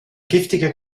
giftige